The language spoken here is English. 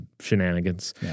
shenanigans